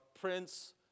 Prince